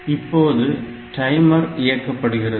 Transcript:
இப்போது டைமர் இயக்கப்படுகிறது